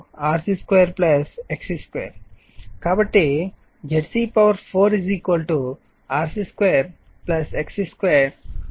కాబట్టి ZC4 RC 2 XC 2 2